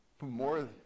More